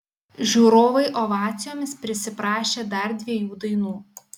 žiūrovai ovacijomis prisiprašė dar dviejų dainų